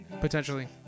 potentially